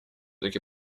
таки